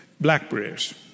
blackberries